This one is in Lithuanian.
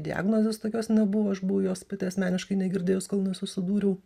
diagnozės tokios nebuvo aš buvau jos pati asmeniškai negirdėjus kol nesusidūriau